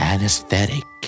Anesthetic